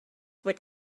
what